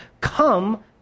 come